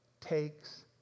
takes